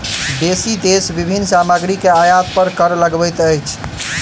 बेसी देश विभिन्न सामग्री के आयात पर कर लगबैत अछि